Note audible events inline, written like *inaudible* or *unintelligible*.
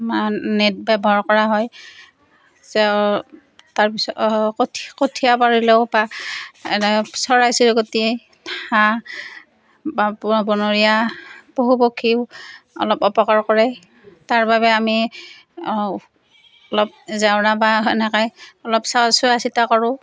আমাৰ নেট ব্যৱহাৰ কৰা হয় জেও তাৰপিছত কঠীয়া পাৰিলেও বা *unintelligible* চৰাই চিৰিকটি হাঁহ বা বনৰীয়া পশু পক্ষীয়েও অলপ অপকাৰ কৰে তাৰ বাবে আমি অলপ জেওৰা বা এনেকৈ অলপ চাওঁ চোৱাচিতা কৰোঁ